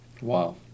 Wow